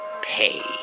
pay